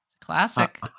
Classic